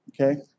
okay